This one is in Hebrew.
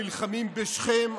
שברגעים אלה חיילינו נלחמים בשכם,